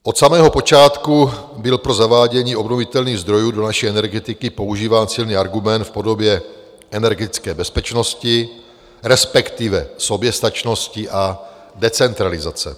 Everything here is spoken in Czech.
Od samého počátku byl pro zavádění obnovitelných zdrojů do naší energetiky používán silný argument v podobě energetické bezpečnosti, respektive soběstačnosti a decentralizace.